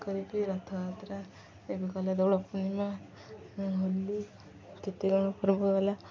କରିବି ରଥଯାତ୍ରା ଏବେ ଗଲା ଦୋଳପୂର୍ଣ୍ଣିମା ହୋଲି କେତେ କ'ଣ ପର୍ବ ଗଲା